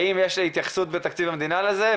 האם יש התייחסות בתקציב המדינה לזה?